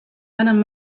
banan